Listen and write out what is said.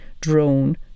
drone